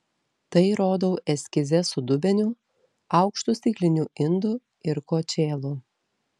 tai rodau eskize su dubeniu aukštu stikliniu indu ir kočėlu